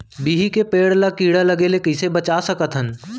बिही के पेड़ ला कीड़ा लगे ले कइसे बचा सकथन?